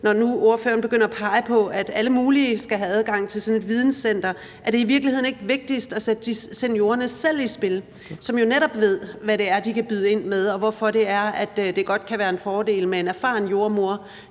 Når nu ordføreren begynder at pege på, at alle mulige skal have adgang til sådan et videncenter, er det så i virkeligheden ikke vigtigst at sætte seniorerne selv i spil? De ved jo netop, hvad det er, de kan byde ind med, og hvorfor det er, at det godt kan være en fordel med en erfaren jordemoder